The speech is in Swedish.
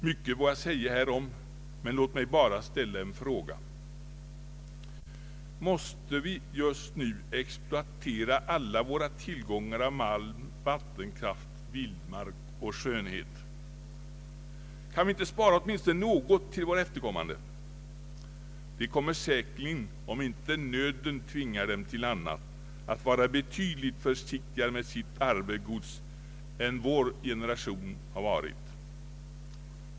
Mycket vore att säga därom, men låt mig endast ställa en fråga: Måste vi just nu exploatera alla våra tillgångar av malm, vattenkraft, vildmark och skönhet? Kan vi inte spara åtminstone något till våra efterkommande? De kommer säkerligen, om inte nöden tvingar dem till annat, att vara betydligt försiktigare med sitt arvegods än vår generation har varit.